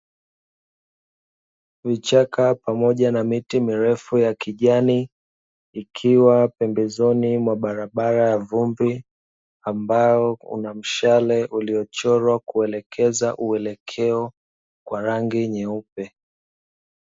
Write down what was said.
Kichaka pamoja na miti mirefu ya kijani ikiwa pembezoni mwa barabara ya vumbi, ambayo kuna mshale uliochorwa kuelekea uelekeo wa rangi nyeupe.